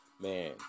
man